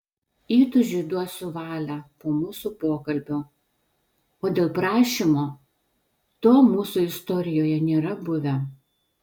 įtūžiui duosiu valią po mūsų pokalbio o dėl prašymo to mūsų istorijoje nėra buvę